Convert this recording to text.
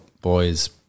boys